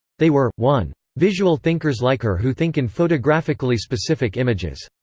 they were one. visual thinkers like her who think in photographically specific images.